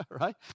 Right